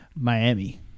Miami